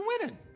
winning